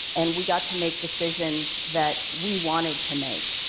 and we got to make decisions that we wanted to make.